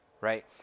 Right